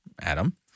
Adam